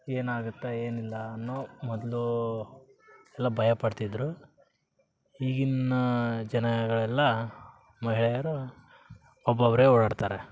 ಏನಾಗತ್ತೆ ಏನಿಲ್ಲ ಅನ್ನೋ ಮೊದಲು ಎಲ್ಲ ಭಯ ಪಡ್ತಿದ್ರು ಈಗಿನ ಜನಗಳೆಲ್ಲ ಮಹಿಳೆಯರು ಒಬ್ಬೊಬ್ಬರೇ ಓಡಾಡ್ತಾರೆ